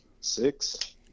six